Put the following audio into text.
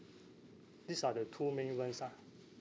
these are the two main ones ah